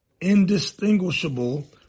indistinguishable